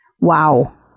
Wow